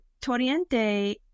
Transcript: Toriente